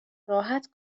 راحت